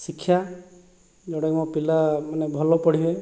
ଶିକ୍ଷା ଯେଉଁଟାକି ମୋ ପିଲା ମାନେ ଭଲ ପଢ଼ିବେ